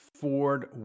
Ford